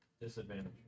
Disadvantage